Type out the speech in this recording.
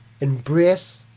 embrace